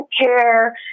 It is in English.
care